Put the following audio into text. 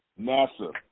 NASA